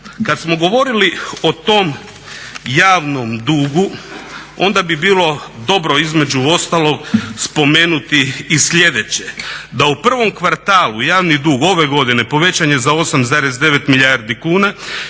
Kad smo govorili o tom javnom dugu onda bi bilo dobro između ostalog spomenuti i slijedeće, da u prvom kvartalu javni dug ove godine povećan je za 8,9 milijardi kuna